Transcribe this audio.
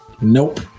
Nope